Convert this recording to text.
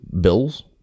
bills